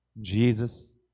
Jesus